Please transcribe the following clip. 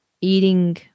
eating